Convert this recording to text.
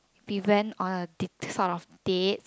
we went on a d~ sort of date